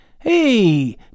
Hey